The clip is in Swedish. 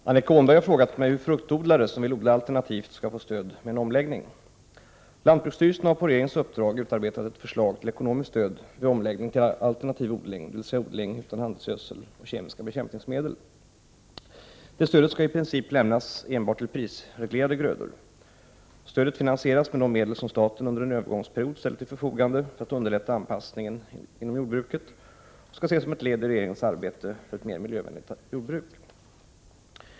Herr talman! Annika Åhnberg har frågat mig hur fruktodlare som vill odla alternativt skall få stöd för en omläggning. Lantbruksstyrelsen har på regeringens uppdrag utarbetat ett förslag till ekonomiskt stöd vid omläggning till alternativ odling, dvs. odling utan handelsgödsel och kemiska bekämpningsmedel. Det stödet skall i princip lämnas enbart till prisreglerade grödor. Stödet finansieras med de medel som staten under en övergångsperiod ställer till förfogande för att underlätta anpassningen inom jordbruket och skall ses som ett led i regeringens arbete för ett mer miljövänligt jordbruk.